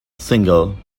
single